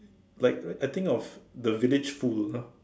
like I think of the village fool ah